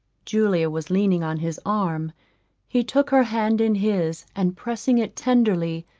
julia was leaning on his arm he took her hand in his, and pressing it tenderly,